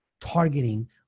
targeting